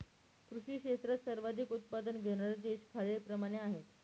कृषी क्षेत्रात सर्वाधिक उत्पादन घेणारे देश खालीलप्रमाणे आहेत